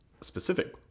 specific